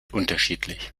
unterschiedlich